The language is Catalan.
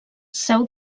seu